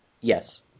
Yes